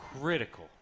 critical